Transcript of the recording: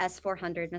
S-400